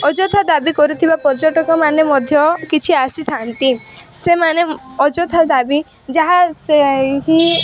ଅଯଥା ଦାବି କରୁଥିବା ପର୍ଯ୍ୟଟକମାନେ ମଧ୍ୟ କିଛି ଆସିଥାନ୍ତି ସେମାନେ ଅଯଥା ଦାବି ଯାହା ସେହି